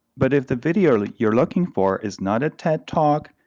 but if the video you're looking for is not a tedtalk,